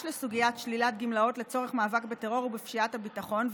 לסוגיית שלילת גמלאות לצורך מאבק בטרור ובפשיעת הביטחון,